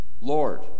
Lord